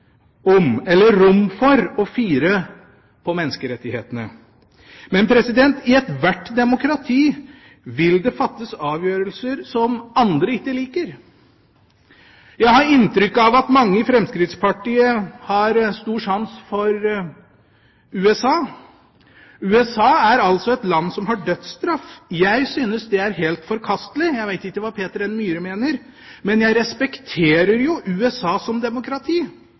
om eller rom for å fire på menneskerettighetene. Men i ethvert demokrati vil det fattes avgjørelser som andre ikke liker. Jeg har inntrykk av at mange i Fremskrittspartiet har stor sans for USA. USA er et land som har dødsstraff. Jeg synes det er helt forkastelig – jeg vet ikke hva Peter N. Myhre mener – men jeg respekterer USA som demokrati,